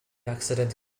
accident